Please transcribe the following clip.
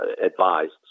advised